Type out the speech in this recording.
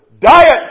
diet